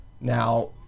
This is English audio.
Now